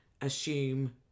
assume